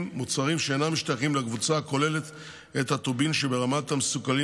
מוצרים שאינם משתייכים לקבוצה הכוללת את הטובין שברמת המסוכנות